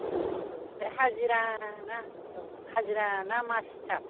ओ ओमफ्राय हाजिरा ना औ हाजिरा ना मास हिसाब